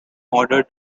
order